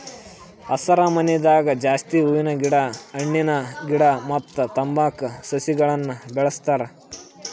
ಹಸರಮನಿದಾಗ ಜಾಸ್ತಿ ಹೂವಿನ ಗಿಡ ಹಣ್ಣಿನ ಗಿಡ ಮತ್ತ್ ತಂಬಾಕ್ ಸಸಿಗಳನ್ನ್ ಬೆಳಸ್ತಾರ್